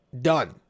done